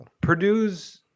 Purdue's